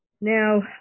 Now